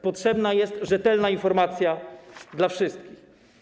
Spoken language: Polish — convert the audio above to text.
Potrzebna jest rzetelna informacja dla wszystkich.